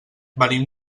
venim